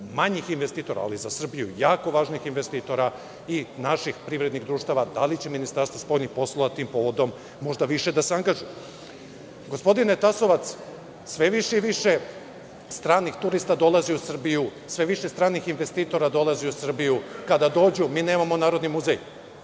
manjih investitora, ali za Srbiju jako važnih i naših privrednih društava? Da li će Ministarstvo spoljnih poslova tim povodom možda više da se angažuje? Gospodine Tasovac, sve više i više stranih turista dolazi u Srbiju. Sve više stranih investitora dolazi u Srbiju. Kada dođu, mi nemamo narodni muzej,